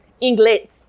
English